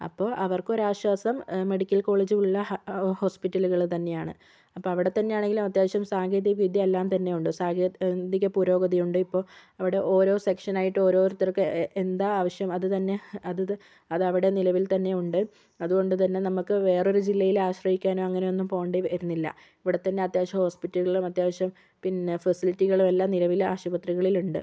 അപ്പോൾ അവർക്കൊരാശ്വാസം medical college ഉള്ള ഹോസ്പിറ്റലുകൾ തന്നെയാണ് അപ്പം അവിടെത്തന്നെയാണെങ്കിലും അത്യാവശ്യം സാങ്കേതിക വിദ്യ എല്ലാം തന്നെയുണ്ട് സാങ്കേതിക പുരോഗതിയുണ്ട് ഇപ്പോൾ അവിടെ ഓരോ സെക്ഷൻ ആയിട്ട് ഓരോരുത്തർക്ക് എന്താ ആവശ്യം അതുതന്നെ അതവിടെ നിലവിൽത്തന്നെ ഉണ്ട് അതുകൊണ്ട് തന്നെ നമുക്ക് വേറൊരു ജില്ലയിൽ ആശ്രയിക്കാനോ അങ്ങനെയൊന്നും പോകേണ്ടി വരുന്നില്ല ഇവിടെത്തന്നെ അത്യാവശ്യം ഹോസ്പിറ്റലുകളും അത്യാവശ്യം പിന്നെ ഫെസിലിറ്റികളും എല്ലാം നിലവിൽ ആശുപത്രികളിൽ ഉണ്ട്